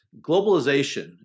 globalization